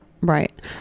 Right